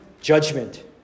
judgment